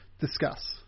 discuss